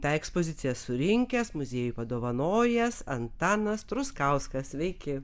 tą ekspoziciją surinkęs muziejui padovanojęs antanas truskauskas sveiki